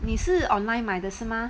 你是 online 买的是吗